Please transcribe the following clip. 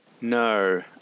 No